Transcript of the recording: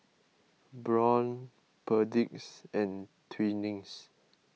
Braun Perdix and Twinings